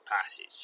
passage